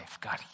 God